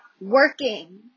working